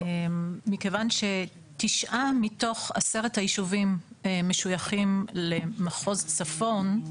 מכיוון שתשעה מתוך עשרת היישובים משויכים למחוז צפון,